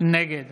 נגד